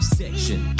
section